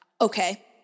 okay